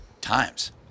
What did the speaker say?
Times